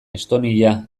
estonia